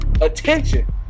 attention